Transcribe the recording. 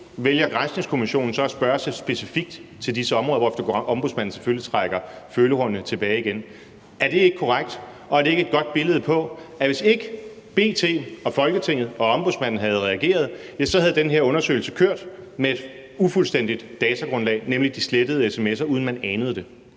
valgte granskningskommissionen så at spørge specifikt til disse områder, hvorefter Ombudsmanden selvfølgelig trak følehornene til sig igen? Er det ikke korrekt, og er det ikke et godt billede på, at hvis ikke B.T. og Folketinget og Ombudsmanden havde reageret, så havde den her undersøgelse kørt med et ufuldstændigt datagrundlag, nemlig de slettede sms'er, uden at man anede det?